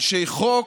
אנשי חוק,